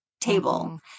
table